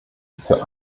für